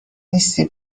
نیستی